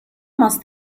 must